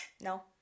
No